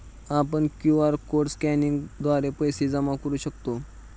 आपण QR code स्कॅनिंगद्वारे पैसे जमा करू शकतो